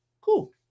Cool